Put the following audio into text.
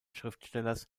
schriftstellers